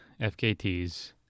FKTs